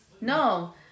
No